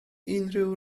unrhyw